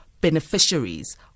beneficiaries